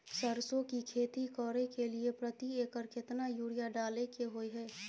सरसो की खेती करे के लिये प्रति एकर केतना यूरिया डालय के होय हय?